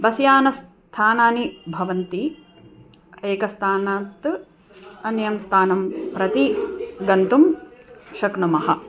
bus यानस्थानानि भवन्ति एकस्थानात् अन्यं स्थानं प्रति गन्तुं शक्नुमः